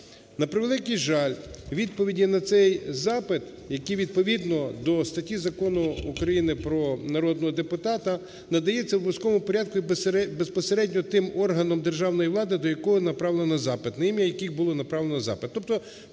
На превеликий жаль, відповіді на цей запит, який відповідно до статті закону України про народного депутата надається в обов'язковому порядку і безпосередньо тим органом державної влади, до якого направлено запит, на ім'я яких було направлено запит.